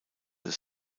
des